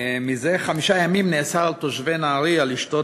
זה חמישה ימים נאסר על תושבי נהריה לשתות